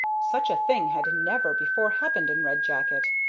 such a thing had never before happened in red jacket,